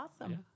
awesome